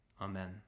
Amen